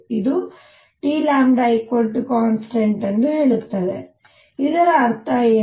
ಇದು Tಕಾನ್ಸ್ಟಂಟ್ ಎಂದು ಹೇಳುತ್ತದೆ ಇದರ ಅರ್ಥ ಏನು